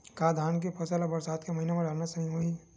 का धान के फसल ल बरसात के महिना डालना सही होही?